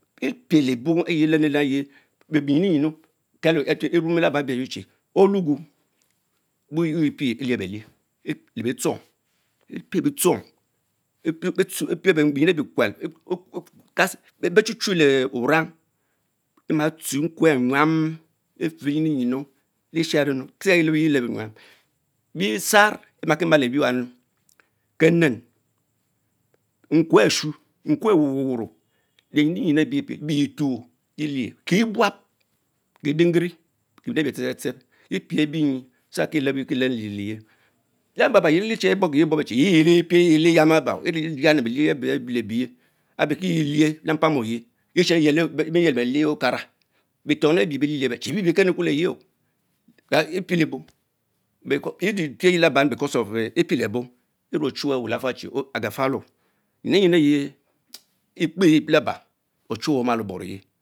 Eprelebo eyie leni lenu che lee nyinumu kelo emmu laba chie alogo buyer pie eliabetien les biterong epod epie benjin ebie kuel that is bichuchule wurang, ematsue nkwe elk nyoum efimenn sinn kie lubeye lebo oven, besar emate maleh bee wann, kenen, nkwe Lemjium nye ebie tuo relich kelowab kedenkirie, doenjius ebie tshe tohen tower eprebie emp So that Kie lebo eten, hyvel ere Lababa ech erierne bortki i bakbo teri vie pie vielse yakan laba ene yoni belier eben lebure abee kielieh lepamaoye esheyli, emiyeli belich Okara, betoni ebieh. elie lich ebien ter bee kemu legiton yan spielebop because evne piere Laba because of ent epielebo, Proce emch calmwe owen lafal chie agafaloo myimeyenu ehh ekpeh Laba ochuweh omalee oboreye.